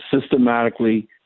systematically